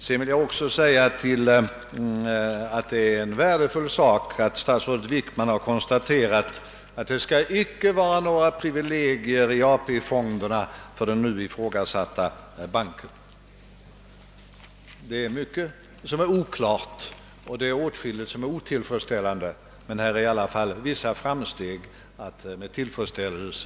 Sedan vill jag också säga att det är en värdefull sak att statsrådet Wickman har konstaterat att det icke skall vara några privilegier i AP-fonderna för den nu i ifrågasatta banken. Det är mycket som är oklart och det är åtskilligt som är otillfredsställande, men här är i alla fall vissa framsteg att notera med tillfredsställelse.